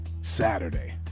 Saturday